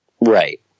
Right